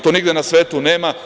To nigde na svetu nema.